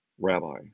rabbi